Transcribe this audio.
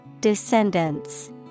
Descendants